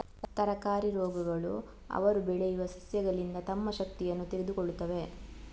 ತರಕಾರಿ ರೋಗಗಳು ಅವರು ಬೆಳೆಯುವ ಸಸ್ಯಗಳಿಂದ ತಮ್ಮ ಶಕ್ತಿಯನ್ನು ತೆಗೆದುಕೊಳ್ಳುತ್ತವೆ